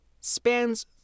spans